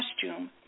costume